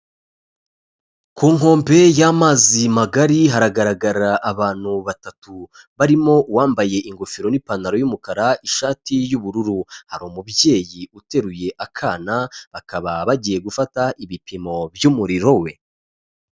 Ku nkombe y'amazi magari, haragaragara abantu batatu, barimo uwambaye ingofero n'ipantaro y'umukara, ishati y'ubururu, hari umubyeyi uteruye akana bakaba bagiye gufata ibipimo by'umuriro we.